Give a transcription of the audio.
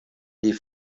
die